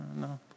no